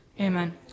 Amen